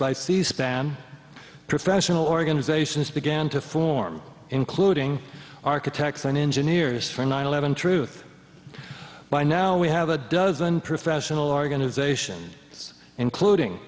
by c span professional organizations began to form including architects and engineers for nine eleven truth by now we have a dozen professional organization including